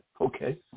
Okay